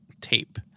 tape